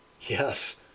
Yes